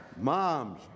moms